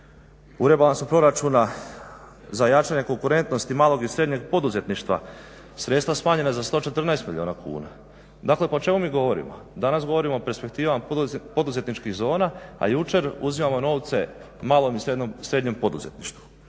u rebalansu proračuna za jačanje konkurentnosti malog i srednjeg poduzetništva sredstva smanjena za 114 milijuna kuna. Dakle, o čemu mi govorimo? Danas govorimo o perspektivama poduzetničkih zona, a jučer uzimamo novce malom i srednjem poduzetništvu.